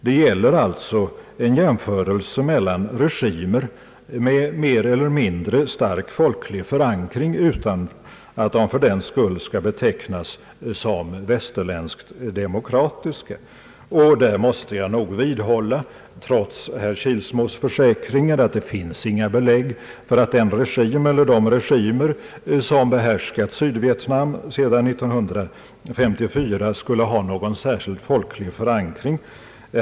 Det gäller således en jämförelse mellan regimer med mer eller mindre stark folklig förankring utan att de fördenskull skall betecknas som västerländskt demokratiska. Trots herr Kilsmos försäkringar måste jag nog vidhålla att det inte finns något belägg för att den eller de regimer som behärskat Sydvietnam sedan år 1954 skulle ha någon särskild folklig förankring.